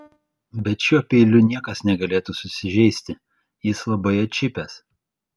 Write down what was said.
bet šiuo peiliu niekas negalėtų susižeisti jis labai atšipęs